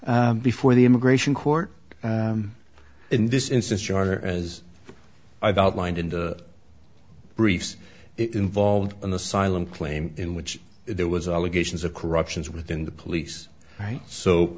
before the immigration court in this instance you are as i've outlined in the briefs involved in the silent claim in which there was a allegations of corruptions within the police right so